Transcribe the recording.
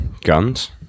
guns